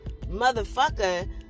motherfucker